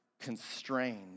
constrained